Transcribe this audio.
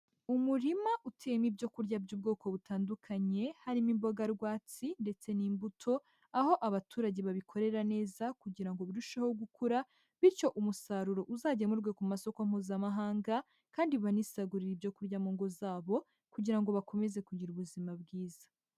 Umurima uteyemo ibyo kurya by'ubwoko butandukanye, harimo imboga rwatsi ndetse n'imbuto, aho abaturage babikorera neza, kugira ngo birusheho gukura, bityo umusaruro uzagemurwe ku masoko mpuzamahanga, kandi banisagurire ibyo kurya mu ngo zabo kugira ngo bakomeze kugira ubuzima bwiza.